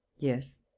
yes.